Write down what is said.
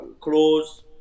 clothes